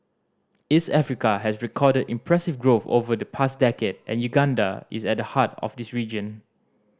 East Africa has recorded impressive growth over the past decade and Uganda is at the heart of this region